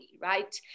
right